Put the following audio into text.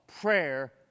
prayer